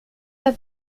las